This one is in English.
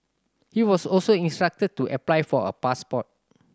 he was also instructed to apply for a passport